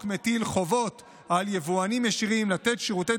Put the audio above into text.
החוק מטיל חובות על יבואנים ישירים לתת שירותי